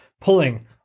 pulling